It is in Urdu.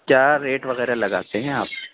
کیا ریٹ وغیرہ لگاتے ہیں آپ